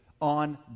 on